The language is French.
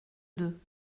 deux